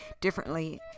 differently